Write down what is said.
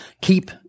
keep